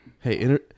Hey